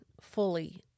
fully